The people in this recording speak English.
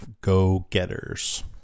Go-Getters